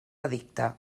edicte